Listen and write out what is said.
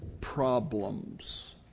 problems